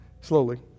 slowly